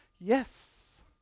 Yes